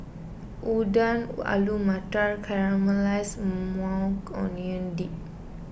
Oden Alu Matar Caramelized Maui Onion Dip